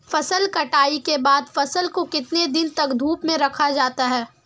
फसल कटाई के बाद फ़सल को कितने दिन तक धूप में रखा जाता है?